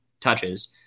touches